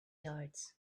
yards